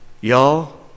Y'all